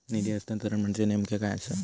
निधी हस्तांतरण म्हणजे नेमक्या काय आसा?